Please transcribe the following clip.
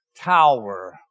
Tower